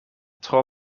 tro